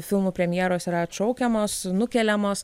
filmų premjeros yra atšaukiamos nukeliamos